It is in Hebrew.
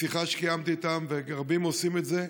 בשיחה שקיימתי איתן, ורבים עושים זאת,